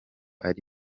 ari